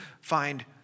find